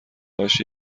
هاش